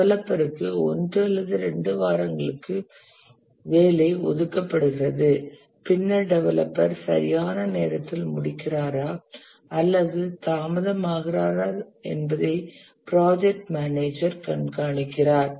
டெவலப்பருக்கு 1 அல்லது 2 வாரங்களுக்கு வேலை ஒதுக்கப்படுகிறது பின்னர் டெவலப்பர் சரியான நேரத்தில் முடிக்கிறாரா அல்லது தாமதமாகிறாரா என்பதை ப்ராஜெக்ட் மேனேஜர் கண்காணிக்கிறார்